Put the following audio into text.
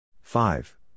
Five